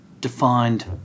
defined